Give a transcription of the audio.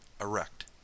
erect